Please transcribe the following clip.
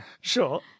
Sure